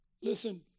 Listen